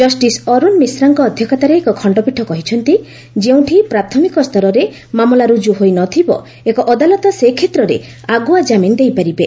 justice Arun ମିଶ୍ରାଙ୍କ ଅଧ୍ୟକ୍ଷତାରେ ଏକ ଖଶ୍ତପୀଠ କହିଛନ୍ତି ଯେଉଁଠି ପ୍ରାଥମିକ ସ୍ତରରେ ମାମଲା ରୁଜୁ ହୋଇନଥିବ ଏକ ଅଦାଲତ ସେ କ୍ଷେତ୍ରରେ ଆଗୁଆ କ୍ରାମିନ ଦେଇପାରିବେ